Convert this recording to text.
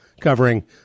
covering